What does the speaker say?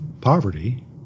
poverty